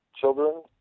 children